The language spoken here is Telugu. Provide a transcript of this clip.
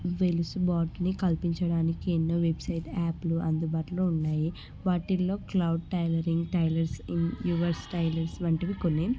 వెసులుబాటుని కల్పించడానికి ఎన్నో వెబ్సైట్ యాప్లు అందుబాటులో ఉన్నాయి వాటిల్లో cloud tailoring tailors in yours tailors వంటివి కొన్ని